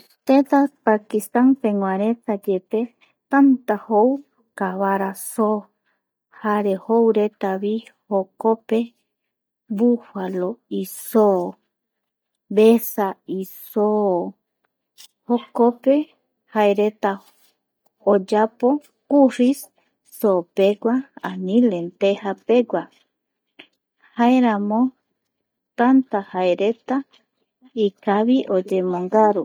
Teta Pakistan peguareta yepe tanta jou kavara soo, jare jou retavi jokope bufalo isoo, vesa isoo jokope jaereta oyapo curris soopegua, ani lenteja pegua jaeramo tanta jaeramo jaereta tanta ikavi oyemongaru